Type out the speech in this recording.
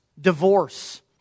Divorce